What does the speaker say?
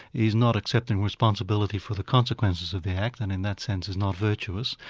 is not accepting responsibility for the consequences of the act and in that sense is not virtuous.